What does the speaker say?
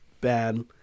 bad